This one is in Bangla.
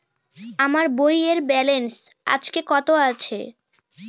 আমার বইয়ের ব্যালেন্স আজকে কত আছে?